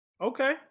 Okay